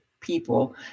people